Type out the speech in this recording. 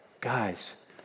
Guys